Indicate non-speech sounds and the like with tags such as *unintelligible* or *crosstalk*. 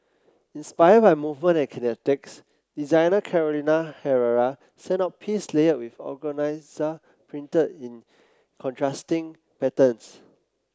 inspired by movement and kinetics designer Carolina Herrera sent out piece layered with *unintelligible* printed in contrasting patterns